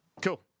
cool